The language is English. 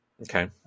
Okay